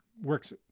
works